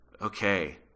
okay